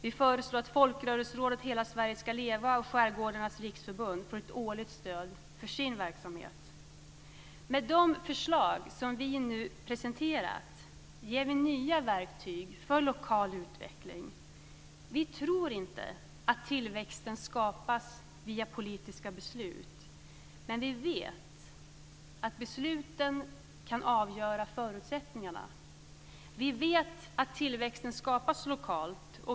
Vi föreslår att Folkrörelserådet Hela Sverige ska leva och Skärgårdarnas Riksförbund får ett årligt stöd för sin verksamhet. Med de förslag som vi nu presenterat ger vi nya verktyg för lokal utveckling. Vi tror inte att tillväxten skapas via politiska beslut. Men vi vet att besluten kan avgöra förutsättningarna. Vi vet att tillväxten skapas lokalt.